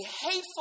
hateful